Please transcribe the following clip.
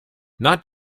not